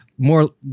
more